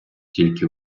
тільки